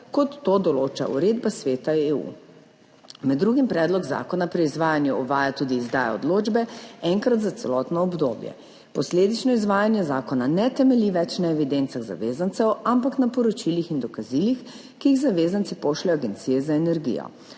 kot to določa uredba Sveta EU. Med drugim predlog zakona pri izvajanju uvaja tudi izdaja odločbe enkrat za celotno obdobje. Posledično izvajanje zakona ne temelji več na evidencah zavezancev, ampak na poročilih in dokazilih, ki jih zavezanci pošljejo Agenciji za energijo.